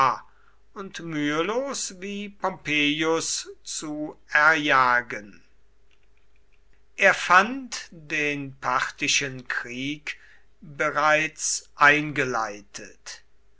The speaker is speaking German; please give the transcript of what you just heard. und mühelos wie pompeius zu erjagen er fand den parthischen krieg bereits eingeleitet